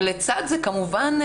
ולצד זה כמובן,